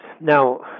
Now